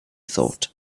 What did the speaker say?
thought